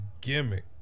gimmick